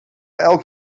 elk